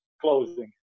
closing